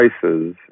prices